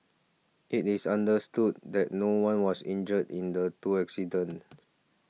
it is understood that no one was injured in the two accidents